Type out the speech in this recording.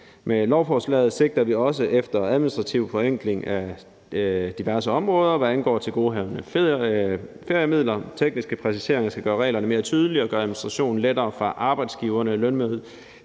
Med lovforslaget sigter vi også efter en administrativ forenkling af diverse områder, hvad angår tilgodehavende feriemidler. Tekniske præciseringer skal gøre reglerne mere tydelige og gøre administrationen lettere for arbejdsgiverne, Lønmodtagernes